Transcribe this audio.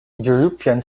european